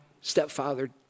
stepfather